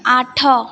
ଆଠ